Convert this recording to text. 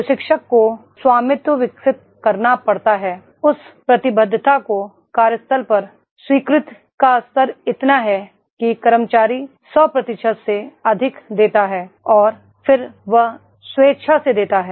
प्रशिक्षक को स्वामित्व विकसित करना पड़ता है उस प्रतिबद्धता को कार्यस्थल पर स्वीकृति का स्तर इतना है कि कर्मचारी 100 प्रतिशत से अधिक देता है और फिर वह स्वेच्छा से देता है